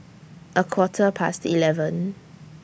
A Quarter Past eleven